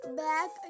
back